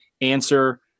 answer